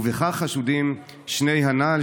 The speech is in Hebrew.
ובכך חשודים שני הנ"ל,